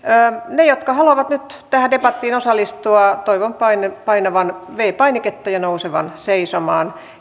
niiden jotka haluavat nyt tähän debattiin osallistua toivon painavan viides painiketta ja nousevan seisomaan